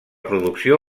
producció